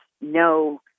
no